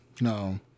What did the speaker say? No